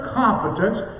competence